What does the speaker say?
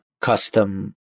custom